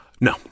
No